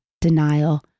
denial